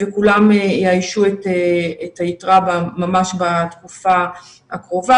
וכולם יאיישו את היתרה ממש בתקופה הקרובה,